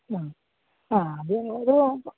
ആ ആ അത് ഓരോ